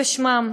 בשמן,